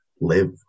live